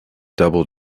double